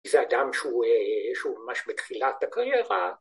‫זה אדם שהוא ממש בתחילת הקריירה.